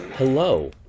Hello